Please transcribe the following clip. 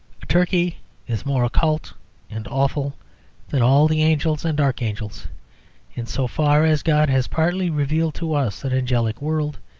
a turkey is more occult and awful than all the angels and archangels in so far as god has partly revealed to us an angelic world,